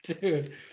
Dude